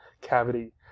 cavity